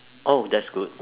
oh that's good